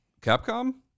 Capcom